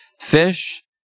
fish